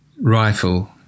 rifle